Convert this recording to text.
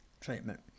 treatment